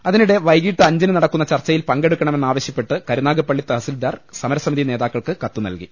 അതിനിടെ വൈകിട്ട് അഞ്ചിന് നടക്കുന്ന ചർച്ചയിൽ പങ്കെടു ക്കണമെന്നാവശ്യപ്പെട്ട് കരുനാഗപ്പള്ളി തഹസിൽദാർ സമരസ മിതി നേതാക്കൾക്ക് കത്തുനൽകി